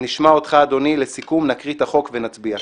נשמע אותך, אדוני, לסיכום, נקריא את החוק ונצביע.